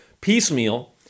piecemeal